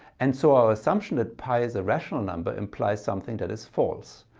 and so our assumption that pi is a rational number implies something that is false.